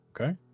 Okay